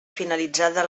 finalitzada